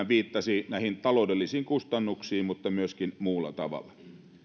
viittasi näihin taloudellisiin kustannuksiin mutta myöskin muulla tavalla